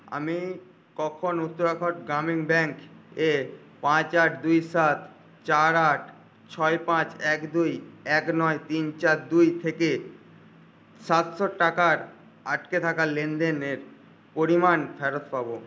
আমি কখন উত্তরাখণ্ড গ্রামীণ ব্যাঙ্ক এ পাঁচ আট দুই সাত চার আট ছয় পাঁচ এক দুই এক নয় তিন চার দুই থেকে সাতশো টাকার আটকে থাকা লেনদেনের পরিমাণ ফেরত পাব